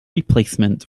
replacement